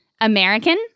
American